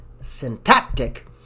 syntactic